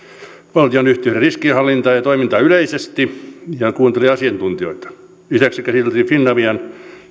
valtionyhtiöiden riskienhallintaa ja toimintaa yleisesti ja kuunteli asiantuntijoita lisäksi käsiteltiin finavian